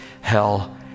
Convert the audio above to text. hell